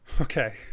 Okay